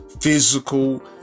physical